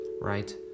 right